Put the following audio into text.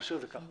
נשאיר את זה כך.